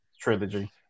trilogy